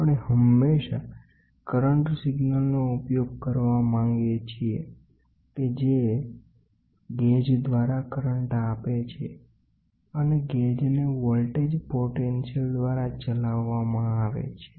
આપણે હંમેશા કરંટ સિગ્નલનો ઉપયોગ કરવા માંગીએ છીએ કે જે કે ગેજ દ્વારા કરંટ આપે છે ગેજને વોલ્ટેજ પોટેન્શિયલ દ્વારા ચલાવવામાં આવે છે